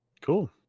cool